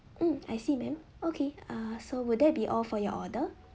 mm I see ma'am okay uh so will there be all for your order